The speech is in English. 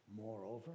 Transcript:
Moreover